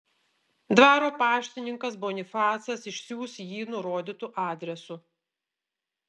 dvaro paštininkas bonifacas išsiųs jį nurodytu adresu